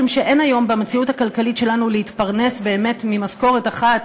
משום שאין היום במציאות הכלכלית שלנו אפשרות להתפרנס באמת ממשכורת אחת,